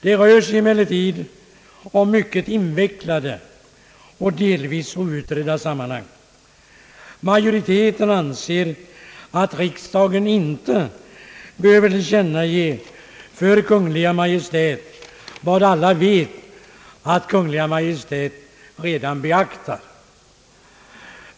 Det rör sig dock om mycket invecklade och delvis outredda sammanhang. Utskottsmajoriteten anser att riksdagen inte behöver tillkännage för Kungl. Maj:t vad alla vet att Kungl. Maj:t redan har beaktat.